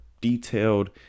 detailed